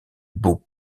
beaux